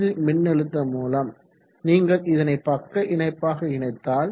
இது மின்னழுத்த மூலம் நீங்கள் இதனை பக்க இணைப்பாக இணைத்தால்